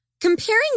comparing